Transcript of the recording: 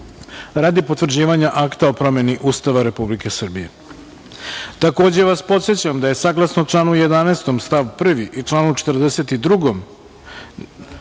radi potvrđivanja Akta o promeni Ustava Republike Srbije. Takođe vas podsećam da je, saglasno članu 11. stav 1. i članu 42. stav 1.